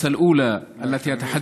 אני מודה